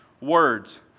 words